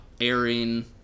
airing